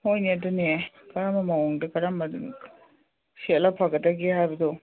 ꯍꯣꯏꯅꯦ ꯑꯗꯨꯅꯦ ꯀꯔꯝꯕ ꯃꯑꯣꯡꯗ ꯀꯔꯝꯕ ꯁꯦꯠꯂ ꯐꯒꯗꯒꯦ ꯍꯥꯏꯕꯗꯣ